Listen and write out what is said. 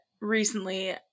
recently